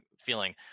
feeling